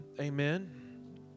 Amen